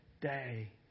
day